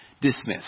dismissed